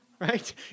Right